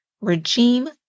regime